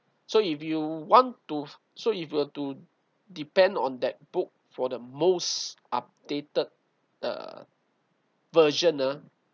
so if you want to so if you were to depend on that book for the most updated uh version ah